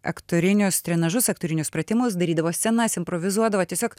aktorinius trinažus aktorinius pratimus darydavo scenas improvizuodavo tiesiog